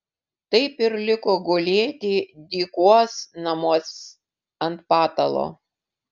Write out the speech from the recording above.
taip ir liko gulėti dykuos namuos ant patalo